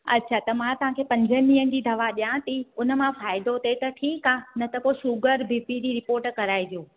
अच्छा त मां तव्हांखे पंजनि ॾींहंनि जी दवा ॾिया थी उन मां फ़ाइदो थिए त ठीकु आहे न त पोइ शुगर बीपी जी रिपोट कराइजो